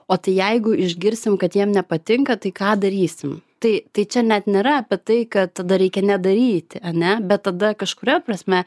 o tai jeigu išgirsim kad jiem nepatinka tai ką darysim tai tai čia net nėra apie tai kad tada reikia nedaryti ane bet tada kažkuria prasme